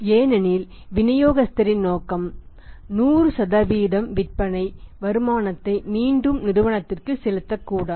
ஏனெனில் விநியோகஸ்தரின் நோக்கம் 100 விற்பனை வருமானத்தை மீண்டும் நிறுவனத்திற்கு செலுத்தக்கூடாது